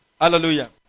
Hallelujah